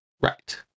Right